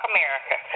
America